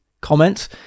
comment